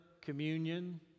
communion